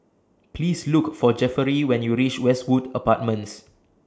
Please Look For Jefferey when YOU REACH Westwood Apartments